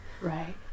Right